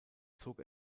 zog